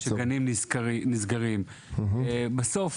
שגנים נסגרים וגם